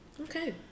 Okay